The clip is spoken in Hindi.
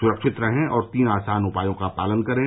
सुरक्षित रहें और तीन आसान उपायों का पालन करें